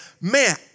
man